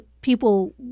people